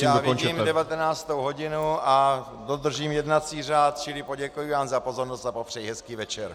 Já vidím 19. hodinu a dodržím jednací řád, čili poděkuji vám za pozornost a popřeji hezký večer.